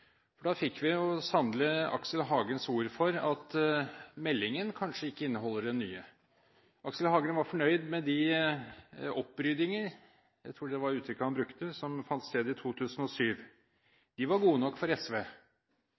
replikkordskifte. Da fikk vi sannelig Aksel Hagens ord for at meldingen kanskje ikke inneholder det nye. Aksel Hagen var fornøyd med de oppryddinger, jeg tror det var det uttrykket han brukte, som fant sted i 2007. De var gode nok for SV.